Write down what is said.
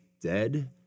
dead